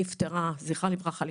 זכרה לברכה,